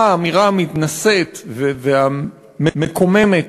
האמירה המתנשאת והמקוממת